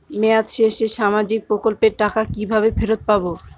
মেয়াদ শেষে সামাজিক প্রকল্পের টাকা কিভাবে ফেরত পাবো?